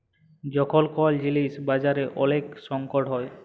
যখল কল জিলিস বাজারে ওলেক সংকট হ্যয়